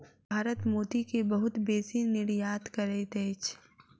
भारत मोती के बहुत बेसी निर्यात करैत अछि